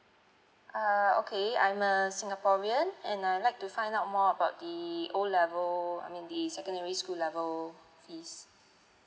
err okay I'm a singaporean and I'd like to find out more about the O level I mean the secondary school level fees